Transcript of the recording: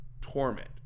torment